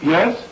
Yes